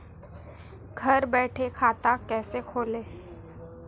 घर बैठे खाता कैसे खोलें?